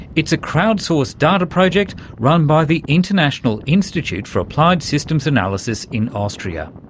it's a crowd-sourced data project run by the international institute for applied systems analysis in austria.